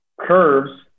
curves